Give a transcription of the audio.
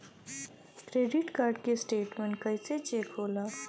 Credit card के statement कइसे check होला?